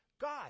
God